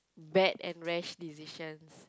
bad and rash decisions